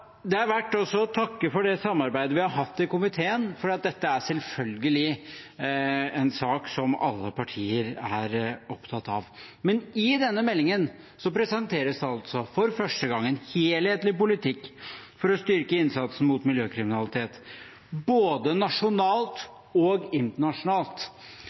Det er verdt også å takke for det samarbeidet vi har hatt i komiteen, for dette er selvfølgelig en sak som alle partier er opptatt av. I denne meldingen presenteres det altså for første gang en helhetlig politikk for å styrke innsatsen mot miljøkriminalitet, både nasjonalt og internasjonalt.